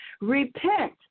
Repent